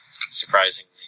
Surprisingly